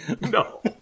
No